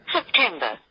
September